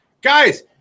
guys